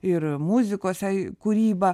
ir muzikos ai kūrybą